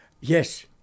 Yes